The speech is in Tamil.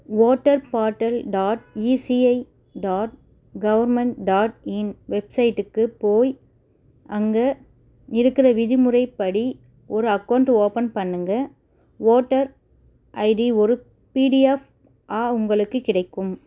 voter portal dot ECI dot government dot in வெப்சைட்டுக்கு போய் அங்கே இருக்கிற விதிமுறைப்படி ஒரு அக்கௌண்ட் ஓப்பன் பண்ணுங்கள் வோட்டர் ஐடி ஒரு பிடிஎஃப் ஆ உங்களுக்கு கிடைக்கும்